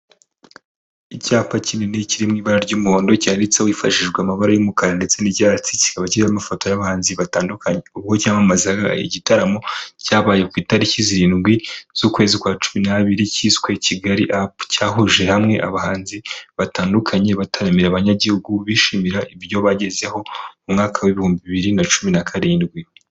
Icyapa kinini kiri mu ibara ry'umuhondo cyanditseho hifashijwe amabara y'umukara ndetse n'icyatsi kikaba kiriho amafoto y'abahanzi batandukanye, ubwo cyamamazaga igitaramo cyabaye ku itariki zirindwi z'ukwezi kwa cumi n'abiri, cyiswe Kigali apu, cyahurije hamwe abahanzi batandukanye bataramira abanyagihugu bishimira ibyo bagezeho mu mwaka w'ibihumbi bibiri na cumi na karindwi.